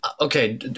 Okay